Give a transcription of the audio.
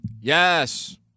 Yes